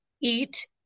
eat